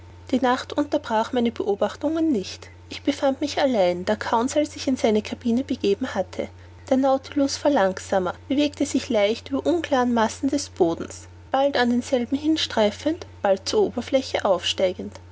die nacht unterbrach meine beobachtungen nicht ich befand mich allein da conseil sich in seine cabine begeben hatte der nautilus fuhr langsamer bewegte sich leicht über unklaren massen des bodens bald an denselben hinstreifend bald zur oberfläche aufsteigend